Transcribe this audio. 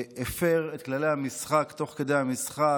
הפר את כללי המשחק תוך כדי המשחק,